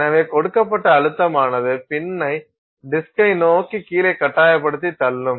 எனவே கொடுக்கப்பட்ட அழுத்தமானது பின்னை டிஸ்க்கை நோக்கி கீழே கட்டாயப்படுத்தி தள்ளும்